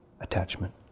attachment